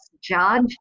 judge